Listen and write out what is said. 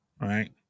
right